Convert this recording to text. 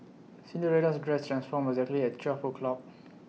Cinderella's dress transformed exactly at twelve o'clock